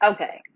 Okay